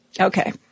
Okay